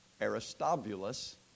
Aristobulus